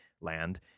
land